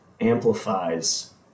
amplifies